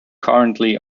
currently